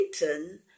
written